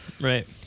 Right